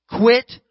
Quit